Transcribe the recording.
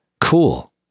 Cool